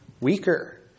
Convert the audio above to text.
weaker